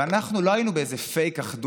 ואנחנו לא היינו באיזה פייק-אחדות,